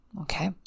okay